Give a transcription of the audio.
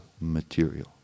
material